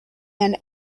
end